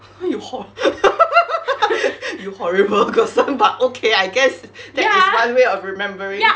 you hor you horrible person but okay I guess that is one way of remembering